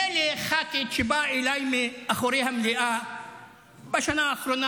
מילא ח"כית שבאה אליי מאחורי המליאה בשנה האחרונה